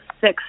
six